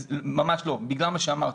ממש לא, בגלל מה שאמרתי.